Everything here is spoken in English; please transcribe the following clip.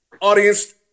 audience